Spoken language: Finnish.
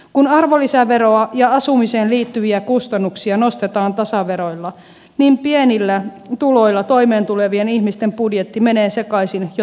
kun arvonlisäveroa ja asumiseen liittyviä kustannuksia nostetaan tasaveroilla pienillä tuloilla toimeentulevien ihmisten budjetti menee sekaisin jo takuuvuokrasta